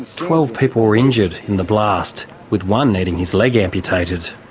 twelve people were injured in the blast, with one needing his leg amputated.